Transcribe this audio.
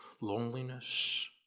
loneliness